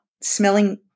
smelling